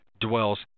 dwells